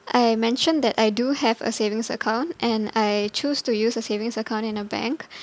I mentioned that I do have a savings account and I choose to use a savings account in a bank